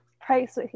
price